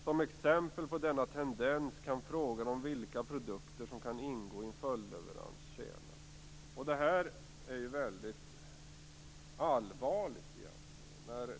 Som exempel på denna tendens kan frågan om vilka produkter som kan ingå i en följdleverans tjäna.